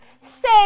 Say